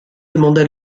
demanda